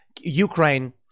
Ukraine